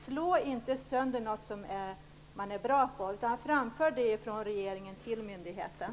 Slå inte sönder någonting som är bra utan framför det från regeringen till myndigheten.